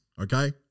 okay